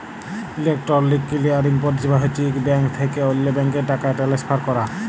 electronic clearing পরিছেবা হছে ইক ব্যাংক থ্যাইকে অল্য ব্যাংকে টাকা টেলেসফার ক্যরা